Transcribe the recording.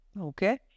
Okay